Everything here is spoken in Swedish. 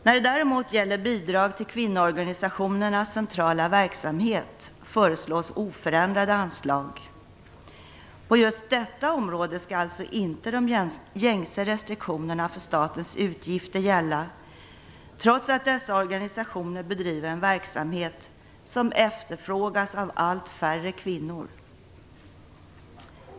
När det däremot gäller bidrag till kvinnoorganisationernas centrala verksamhet föreslås oförändrade anslag. På just detta område skall alltså inte de gängse restriktionerna för statens utgifter gälla, trots att dessa organisationer bedriver en verksamhet som efterfrågas av allt färre kvinnor.